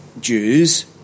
Jews